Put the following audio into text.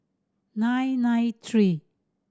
nine nine three